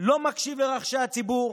לא מקשיב לרחשי הציבור,